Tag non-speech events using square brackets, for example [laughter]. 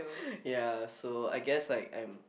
[breath] ya so I guess like I'm